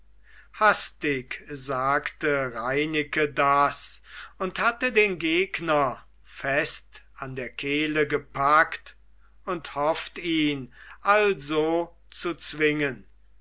hastig sagte reineke das und hatte den gegner fest an der kehle gepackt und hofft ihn also zu zwingen